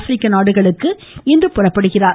ப்ரிக்க நாடுகளுக்கு இன்று புறப்படுகிறார்